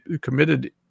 committed